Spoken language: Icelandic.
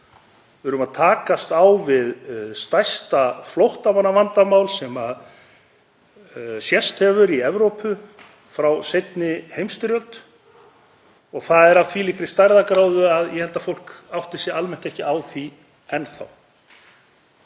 Við erum að takast á við stærsta flóttamannavandamál sem sést hefur í Evrópu frá seinni heimsstyrjöld og það er af þvílíkri stærðargráðu að ég held að fólk átti sig almennt ekki á því enn þá.